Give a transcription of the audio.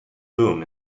boom